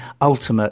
ultimate